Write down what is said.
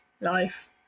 life